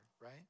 right